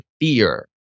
fear